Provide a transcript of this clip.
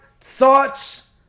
thoughts